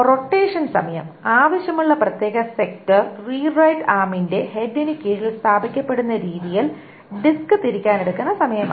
rotation സമയം ആവശ്യമുള്ള പ്രത്യേക സെക്ടർ റീഡ് റൈറ്റ് ആർമിന്റെ ഹെഡിന് കീഴിൽ സ്ഥാപിക്കപ്പെടുന്ന രീതിയിൽ ഡിസ്ക് തിരിക്കാനെടുക്കുന്ന സമയമാണ്